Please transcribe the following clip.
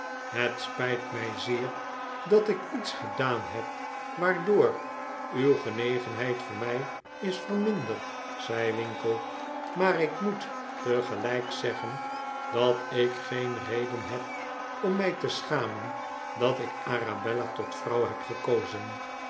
het spijt mij zeer dat ik lets gedaan heb waardoor uw genegenheid voor mij is verminderd zei winkle maar ik moet tegeljjk zeggen dat ik geen reden heb om mij te schamen dat ik arabella tot vrouw heb gekozen